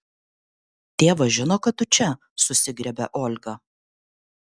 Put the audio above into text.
tėvas žino kad tu čia susigriebia olga